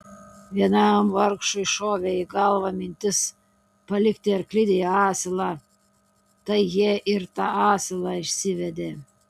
vienam vargšui šovė į galvą mintis palikti arklidėje asilą tai jie ir tą asilą išsivedė